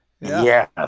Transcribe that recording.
Yes